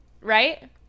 Right